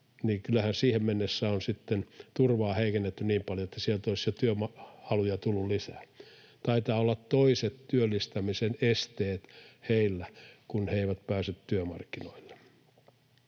Kyllähän siihen mennessä on sitten turvaa heikennetty niin paljon, että sieltä olisi jo työhaluja tullut lisää. Taitavat olla toiset työllistämisen esteet heillä, kun he eivät pääse työmarkkinoille.